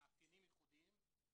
שלום לכולם, אני מתכבדת לפתוח את הישיבה.